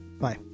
bye